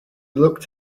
looked